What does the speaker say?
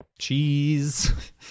Cheese